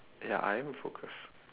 ya I am focused